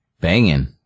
banging